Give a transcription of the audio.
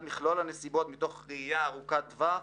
מכלול הנסיבות מתוך ראייה ארוכת טווח